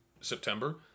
September